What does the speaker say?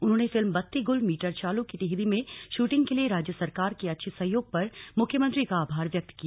उन्होंने film Batti Gul meter Chalu की टिहरी में शूटिंग के लिए राज्य सरकार के अच्छे सहयोग पर मुख्यमंत्री का आभार व्यक्त किया